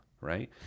right